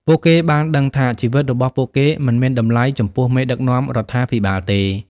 ពួកគេបានដឹងថាជីវិតរបស់ពួកគេមិនមានតម្លៃចំពោះមេដឹកនាំរដ្ឋាភិបាលទេ។